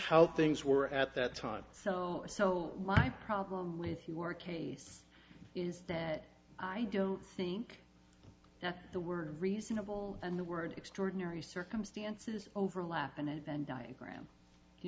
how things were at that time so so my problem with your case is that i don't think that the word reasonable and the word extraordinary circumstances overlap an event diagram you